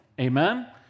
Amen